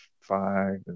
five